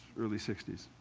early sixty s,